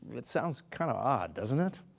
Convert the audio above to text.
it sounds kind of odd doesn't it?